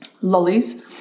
Lollies